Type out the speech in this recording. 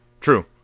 true